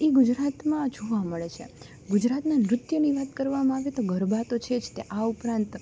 એ ગુજરાતમાં જોવા મળે છે ગુજરાતના નૃત્યની વાત કરવામાં આવે તો ગરબા તો છે જ તે આ ઉપરાંત